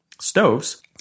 stoves